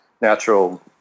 natural